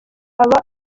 aba